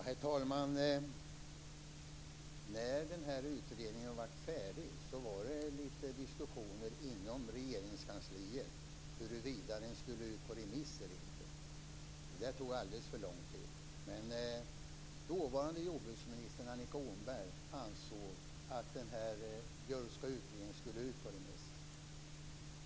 Herr talman! När den här utredningen blev färdig var det litet diskussion inom Regeringskansliet om huruvida den skulle ut på remiss eller inte. Det tog alldeles för lång tid. Men dåvarande jordbruksministern, Annika Åhnberg, ansåg att den Björkska utredningen skulle ut på remiss.